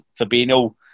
Fabinho